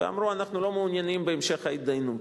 ואמרו: אנחנו לא מעוניינים בהמשך ההתדיינות.